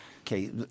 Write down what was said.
Okay